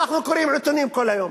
אנחנו קוראים עיתונים כל היום,